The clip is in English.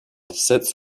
sits